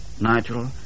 Nigel